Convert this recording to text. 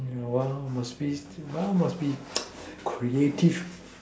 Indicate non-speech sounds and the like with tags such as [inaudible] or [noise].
you know well must well must be [noise] creative